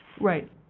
Right